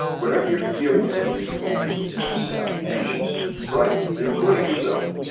whenever you are dealing with somebody who's angry, upset, anxious, frightened, including yourself,